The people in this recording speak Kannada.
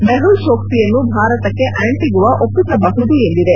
ಮೆಹುಲ್ ಚೋಕ್ಷಿಯನ್ನು ಭಾರತಕ್ಕೆ ಆಂಟಿಗುವಾ ಒಪ್ಪಿಸಬಹುದು ಎಂದಿದೆ